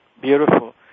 beautiful